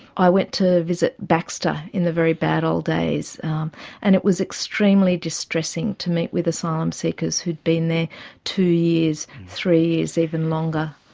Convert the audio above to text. i went to visit baxter in the very bad old days and it was extremely distressing to meet with asylum seekers who'd been there two years, three years even longer.